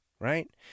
right